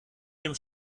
dem